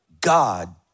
God